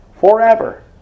forever